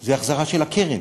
זה החזרה של הקרן.